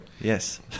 Yes